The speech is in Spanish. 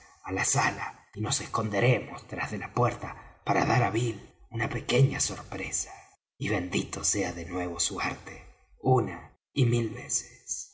á la sala y nos esconderemos tras de la puerta para dar á bill una pequeña sorpresa y bendito sea de nuevo su arte una y mil veces